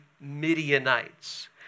Midianites